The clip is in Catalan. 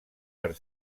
per